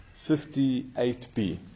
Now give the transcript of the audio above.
58b